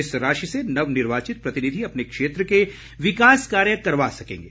इस राशि से नवनिर्वाचित प्रतिनिधि अपने क्षेत्र के विकास कार्य करवा सकेंगे